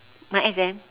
my exam